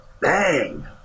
bang